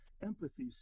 empathy